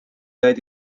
died